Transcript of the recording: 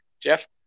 Jeff